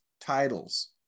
titles